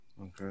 okay